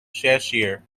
cheshire